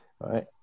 Right